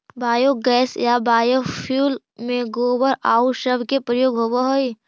biogas या biofuel में गोबर आउ सब के प्रयोग होवऽ हई